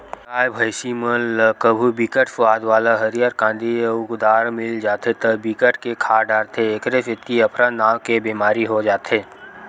गाय, भइसी मन ल कभू बिकट सुवाद वाला हरियर कांदी अउ दार मिल जाथे त बिकट के खा डारथे एखरे सेती अफरा नांव के बेमारी हो जाथे